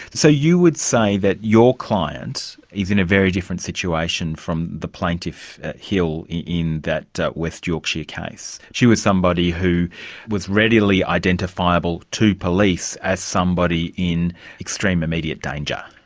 so you would say that your client is in a very different situation from the plaintiff hill in that that west yorkshire case. she was somebody who was readily identifiable to police as somebody in extreme immediate danger.